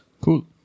Cool